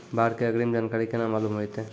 बाढ़ के अग्रिम जानकारी केना मालूम होइतै?